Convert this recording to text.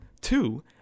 Two